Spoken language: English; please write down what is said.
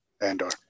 Andor